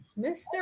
Mr